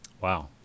Wow